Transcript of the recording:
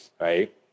right